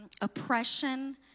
oppression